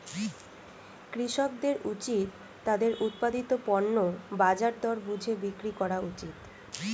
কৃষকদের উচিত তাদের উৎপাদিত পণ্য বাজার দর বুঝে বিক্রি করা উচিত